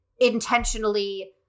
intentionally